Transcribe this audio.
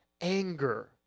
Anger